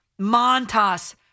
Montas